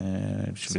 אני